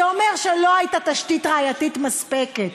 זה אומר שלא הייתה תשתית ראייתית מספקת.